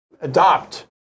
adopt